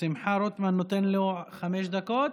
שמחה רוטמן נותן לו חמש דקות?